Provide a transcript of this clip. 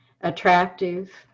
attractive